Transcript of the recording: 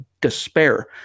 despair